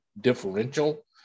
differential